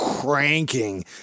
cranking